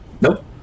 Nope